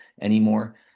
anymore